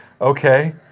Okay